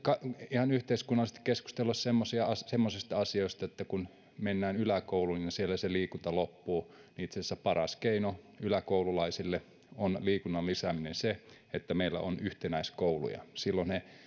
ihan yhteiskunnallisesti keskustella semmoisista asioista että kun mennään yläkouluun niin siellä se liikunta loppuu itse asiassa paras keino yläkoululaisille liikunnan lisäämiseen on se että meillä on yhtenäiskouluja silloin he